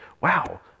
Wow